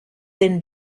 then